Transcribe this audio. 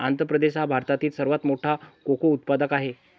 आंध्र प्रदेश हा भारतातील सर्वात मोठा कोको उत्पादक आहे